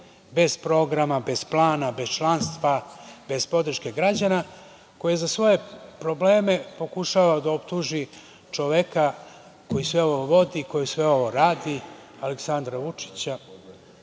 bez programa, bez plana, bez članstva, bez podrške građana koja za svoje probleme pokušava da optuži čoveka koji sve ovo vodi, koji sve ovo radi, Aleksandra Vučića